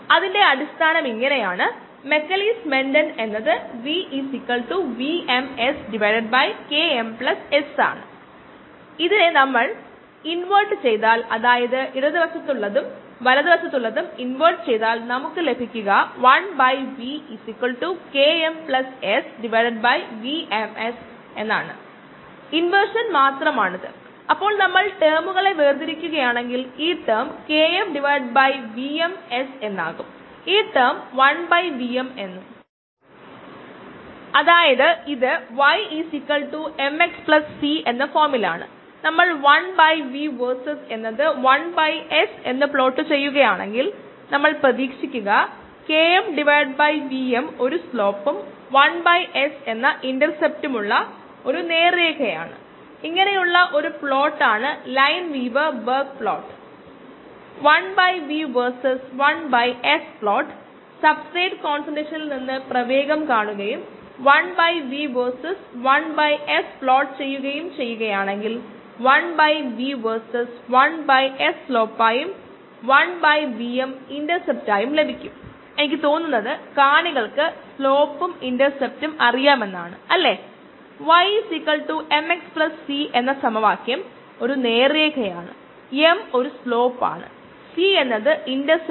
Km എന്നത് y ആണ് ഞാൻ x ഉം ആ സാഹചര്യത്തിലെ സ്ലോപ്പ് Km KI ഉം ഇന്റർസെപ്റ്റ് Km ഉം ആണ്